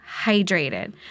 hydrated